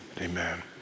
Amen